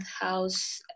house